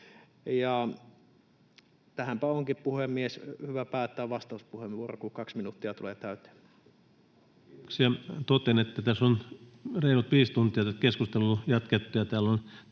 tähänpä onkin, puhemies, hyvä päättää vastauspuheenvuoro, kun kaksi minuuttia tulee täyteen. Kiitoksia. — Totean, että tässä on reilut viisi tuntia tätä keskustelua jatkettu ja täällä on